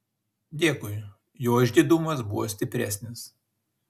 dėkui jo išdidumas buvo stipresnis